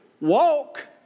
walk